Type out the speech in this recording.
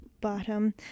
bottom